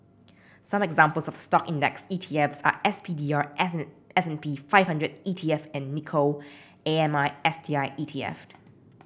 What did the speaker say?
some examples of stock index E T F are S P D R S and S and P five hundred E T F and Nikko A M I S T I E T F